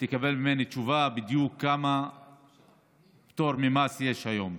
תקבל ממני תשובה בדיוק כמה פטור ממס יש היום.